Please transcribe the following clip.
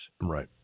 Right